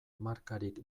markarik